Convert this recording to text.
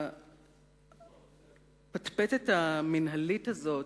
הפטפטת המינהלית הזאת,